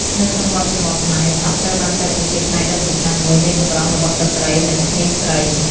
នៅក្នុងវប្បធម៌ខ្មែរ សក់ត្រូវបានចាត់ទុកជាផ្នែកដ៏សំខាន់មួយនៃសម្រស់របស់ស្ត្រី និងក្មេងស្រី។